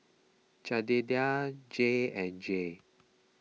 Jedediah Jay and Jay